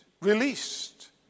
released